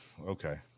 okay